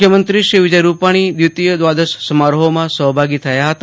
મુખ્યમંત્રી શ્રી વિજય રૂપાણી દ્વિતીય દ્વાદશ સમારોહમાં સહભાગી થયા હતા